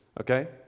okay